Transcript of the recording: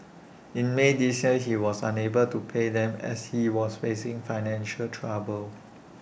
in may this year he was unable to pay them as he was facing financial trouble